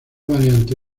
variante